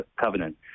covenant